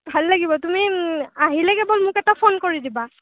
ভাল লাগিব তুমি আহিলে কেৱল মোক এটা ফোন কৰি দিবা